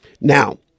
Now